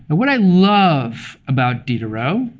what i love about diderot